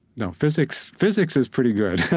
you know physics physics is pretty good.